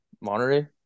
Monterey